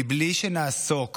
בלי שנעסוק